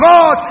God